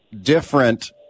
different